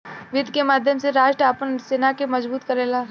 वित्त के माध्यम से राष्ट्र आपन सेना के मजबूत करेला